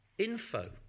Info